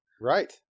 Right